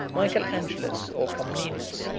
michael angelus, or comnenus,